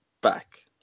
back